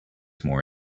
more